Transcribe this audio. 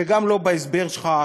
וגם לא בהסבר שלך,